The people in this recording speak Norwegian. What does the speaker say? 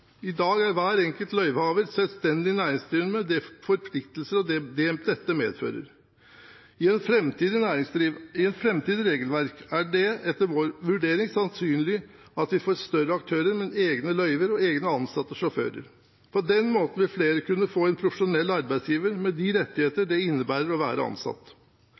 I dag er hver enkelt løyvehaver selvstendig næringsdrivende, med de forpliktelser dette medfører. I et framtidig regelverk er det, etter vår vurdering, sannsynlig at vi får større aktører med egne løyver og egne ansatte sjåfører. På den måten vil flere kunne få en profesjonell arbeidsgiver, med de rettighetene det innebærer å være ansatt.